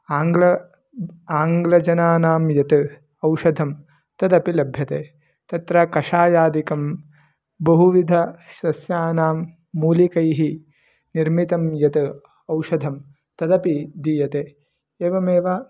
आङ्ग्लं बहिः आङ्ग्लजनानां यत् औषधं तदपि लभ्यते तत्र कषायादिकं बहुविधसस्यानां मूलकैः निर्मितं यत् औषधं तदपि दीयते एवमेव